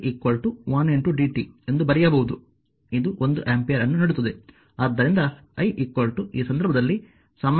ಆದ್ದರಿಂದ ಇದನ್ನು 0 ಯಿಂದ 1 i 1 dt ಎಂದು ಬರೆಯಬಹುದು ಇದು ಒಂದು ಆಂಪಿಯರ್ ಅನ್ನು ನೀಡುತ್ತದೆ